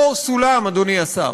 יש פה סולם, אדוני השר.